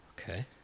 Okay